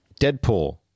Deadpool